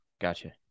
Gotcha